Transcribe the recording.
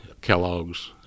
Kellogg's